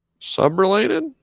Sub-related